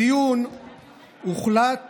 בדיון הוחלט